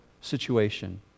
situation